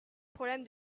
problème